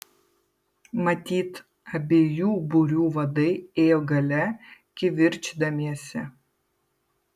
matyt abiejų būrių vadai ėjo gale kivirčydamiesi